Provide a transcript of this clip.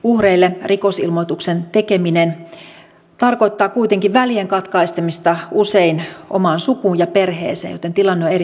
uhreille rikosilmoituksen tekeminen tarkoittaa kuitenkin usein välien katkaisemista omaan sukuun ja perheeseen joten tilanne on erittäin hankala